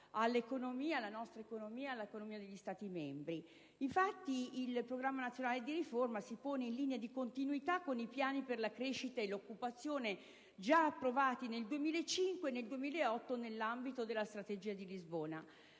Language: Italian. slancio alla nostra economia e a quella degli Stati membri. Infatti, il Programma nazionale di riforma si pone in linea di continuità con i piani per la crescita e l'occupazione già approvati nel 2005 e nel 2008 nell'ambito della Strategia di Lisbona.